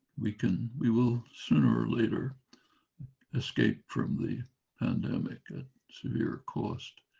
we can we will sooner or later escape from the pandemic at severe cost.